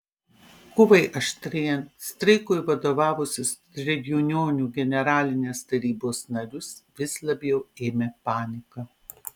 kovai aštrėjant streikui vadovavusius tredjunionų generalinės tarybos narius vis labiau ėmė panika